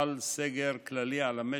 על המשק,